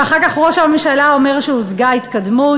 ואחר כך ראש הממשלה אומר שהושגה התקדמות?